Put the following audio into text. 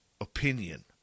opinion